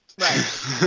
Right